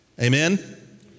Amen